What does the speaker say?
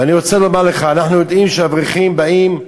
ואני רוצה לומר לך, אנחנו יודעים שאברכים באים,